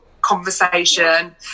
conversation